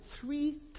three